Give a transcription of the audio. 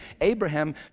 Abraham